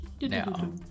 Now